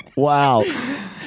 Wow